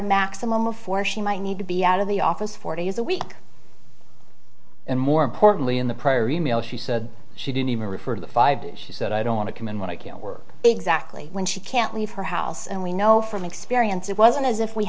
maximum of four she might need to be out of the office four days a week and more importantly in the prior email she said she didn't even refer to the five she said i don't want to commend when i can't work exactly when she can't leave her house and we know from experience it wasn't as if we